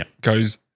goes